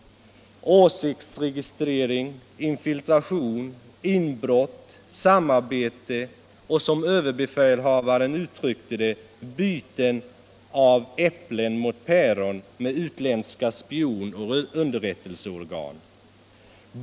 — åsiktsregistrering, infiltration, inbrott, samarbete och, som ÖB uttryckte det, byte av ”äpplen mot päron” med utländska spionoch underrättelseorgan.